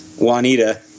Juanita